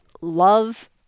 love